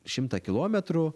šimtą kilometrų